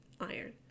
iron